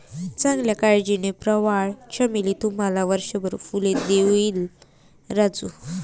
चांगल्या काळजीने, प्रवाळ चमेली तुम्हाला वर्षभर फुले देईल राजू